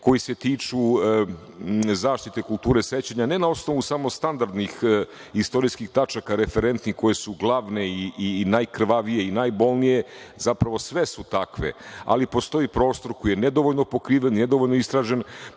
koji se tiču zaštite kulture sećanja ne na osnovu samo standardnih istorijskih tačaka referentnih koje su glavne i najkrvavije i najbolnije. Zapravo, sve su takve, ali postoji prostor koji je nedovoljno pokriven i nedovljno istražen,